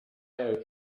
owe